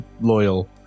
loyal